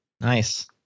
Nice